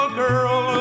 girl